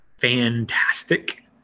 Fantastic